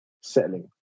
settling